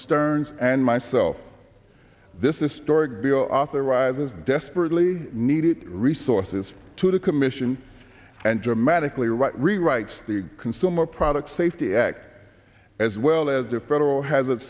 stearns and myself this is a story authorizes desperately needed resources to the commission and dramatically right rewrites the consumer product safety act as well as the federal has of